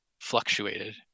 fluctuated